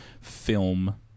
film